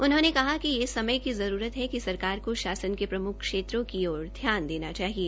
उन्होंने कहा कि यह समय की जरूरत है कि सरकार को शासन के प्रम्ख क्षेत्रों की ओर ध्यान देना चाहिए